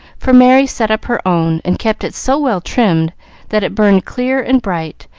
for merry set up her own, and kept it so well trimmed that it burned clear and bright,